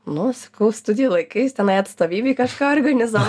nu studijų laikais tenai atstovybėj kažką organizavau